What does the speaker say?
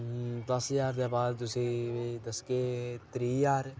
दस ज्हार दे बाद तुसें दस्सगे त्रीह् ज्हार